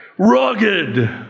Rugged